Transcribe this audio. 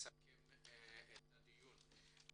אני רוצה לסכם את הדיון.